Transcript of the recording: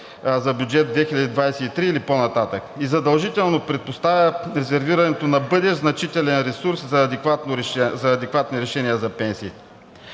за бюджет 2023 или по-нататък и задължително предпоставя резервирането на бъдещ значителен ресурс за адекватни решения за пенсиите.